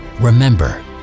Remember